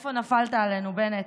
מאיפה נפלת עלינו, בנט?